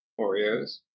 Oreos